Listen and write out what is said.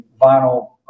vinyl